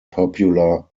popular